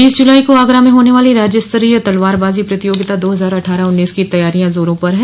बीस जुलाई को आगरा में होने वाली राज्य स्तरीय तलवारबाजी प्रतियोगिता दो हजार अट्ठारह उन्नीस की तैयारियां जोरों पर है